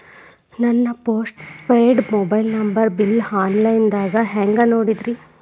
ನನ್ನ postpaid mobile number bill, online ದಾಗ ಹ್ಯಾಂಗ್ ನೋಡೋದ್ರಿ?